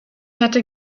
hätte